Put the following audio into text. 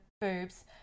boobs